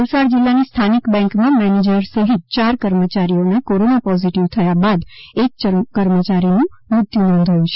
વલસાડ જિલ્લાની સ્થાનિક બેન્કમાં મેનેજર સહિતચાર કર્મચારી કોરોના પોઝિટિવ થયા બાદ એક કર્મચારીનું મૃત્યુ નોંધાયું છે